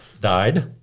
died